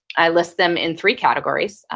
i list them in three categories,